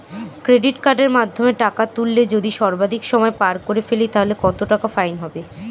Credit কার্ডের মাধ্যমে টাকা তুললে যদি সর্বাধিক সময় পার করে ফেলি তাহলে কত টাকা ফাইন হবে?